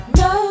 no